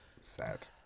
Sad